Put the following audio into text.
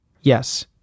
Yes